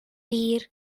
hir